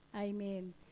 Amen